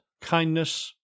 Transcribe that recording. kindness